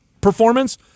performance